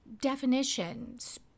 definitions